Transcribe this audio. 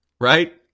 right